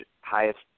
highest